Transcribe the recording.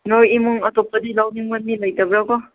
ꯅꯣꯏ ꯏꯃꯨꯡ ꯑꯇꯣꯞꯄꯗꯤ ꯂꯧꯅꯤꯡꯕ ꯃꯤ ꯂꯩꯇꯕ꯭ꯔꯥꯀꯣ